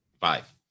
Five